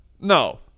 no